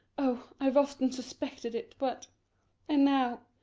oh, i've often suspected it but and now,